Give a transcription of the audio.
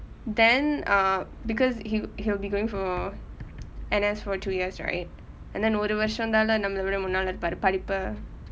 then uh because he he'll be going for N_S for two years right and then ஒரு வர்ஷம் தானே நம்மளை வோட முன்னாடி:oru varsham thane nammalai voda munnadi